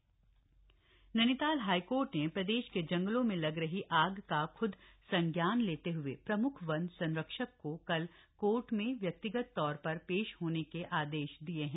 high court वनाग्नि Nainital high court ने प्रदेश के जंगलों में लग रही आग का खुद संज्ञान लेते हए प्रमुख वन संरक्षक को कल कोर्ट में व्यक्तिगत रूप से पेश होने के आदेश दिए हैं